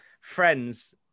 Friends